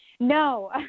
No